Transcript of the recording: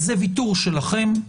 זה ויתור שלכם,